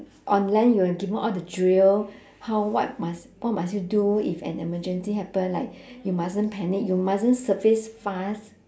on land you were given all the drill how what must what must you do if an emergency happen like you mustn't panic you mustn't surface fast